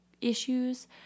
issues